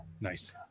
Nice